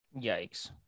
Yikes